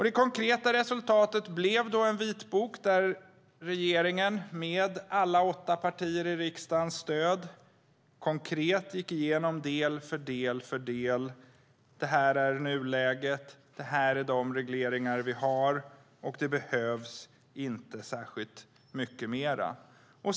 Det konkreta resultatet blev en vitbok där regeringen med alla åtta riksdagspartiernas stöd konkret går igenom del för del för del: Det här är nuläget. Det här är de regleringar vi har. Det behövs inte särskilt mycket mer.